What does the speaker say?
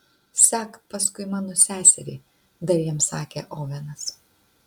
sek paskui mano seserį dar jam sakė ovenas